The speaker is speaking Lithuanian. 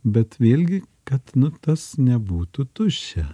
bet vėlgi kad nu tas nebūtų tuščia